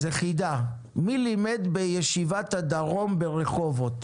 חידה: מי לימד בישיבת הדרום ברחובות?